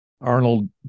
Arnold